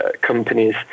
companies